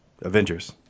Avengers